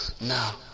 Now